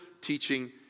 teaching